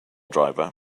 driver